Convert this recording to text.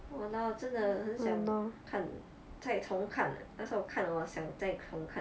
!walao! 真的很想看再从看那时候我看我想再从看